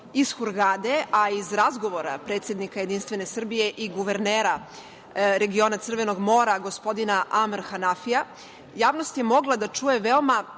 Iz Hurgade, a iz razgovora predsednika JS i guvernera regiona Crvenog mora, gospodina Amr Hanafija, javnost je mogla da čuje veoma